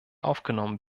aufgenommen